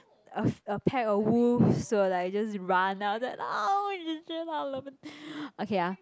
a a pack of wolves will like just run then after that I love it okay ah